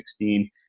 2016